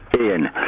Ian